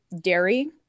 dairy